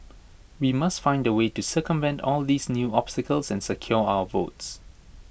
we must find A way to circumvent all these new obstacles and secure our votes